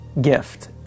gift